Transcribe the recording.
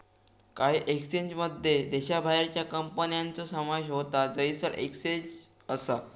काही एक्सचेंजमध्ये देशाबाहेरच्या कंपन्यांचो समावेश होता जयसर एक्सचेंज असा